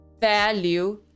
Value